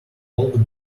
old